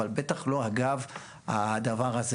אבל בטח לא אגב הדבר הזה.